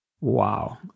Wow